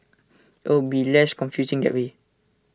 it'll be less confusing that way